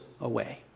away